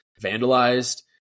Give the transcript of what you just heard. vandalized